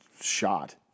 shot